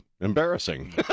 embarrassing